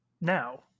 Now